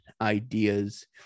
ideas